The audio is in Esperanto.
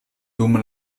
dum